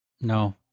No